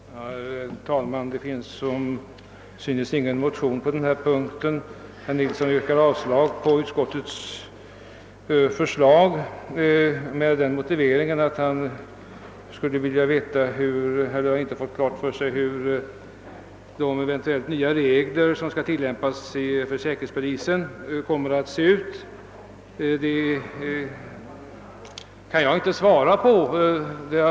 Herr talman! Det har som synes icke väckts någon motion på denna punkt. Herr Nilsson i Gävle yrkar avslag på utskottets förslag med den motiveringen, att han inte fått klart för sig hur de nya reglerna för säkerhetspolisen kommer att se ut. Detta kan inte heller jag ge besked om.